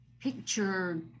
picture